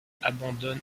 abandonne